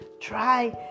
try